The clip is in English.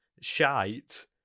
shite